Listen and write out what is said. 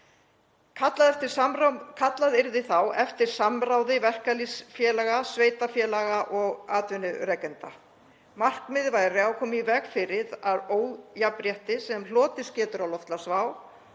Kallað yrði þá eftir samráði verkalýðsfélaga, sveitarfélaga og atvinnurekenda. Markmiðið væri að koma í veg fyrir ójafnrétti sem hlotist getur af loftslagsvá